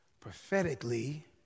prophetically